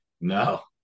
No